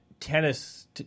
Tennis